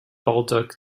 bulldog